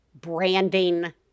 branding